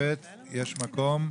שלום לכולם,